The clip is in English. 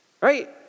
Right